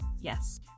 yes